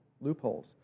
loopholes